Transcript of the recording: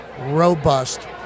robust